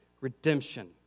redemption